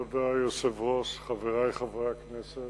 כבוד היושב-ראש, חברי חברי הכנסת,